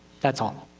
that's all.